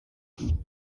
vie